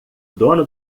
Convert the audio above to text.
dono